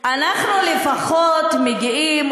אנחנו לפחות מגיעים,